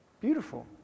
Beautiful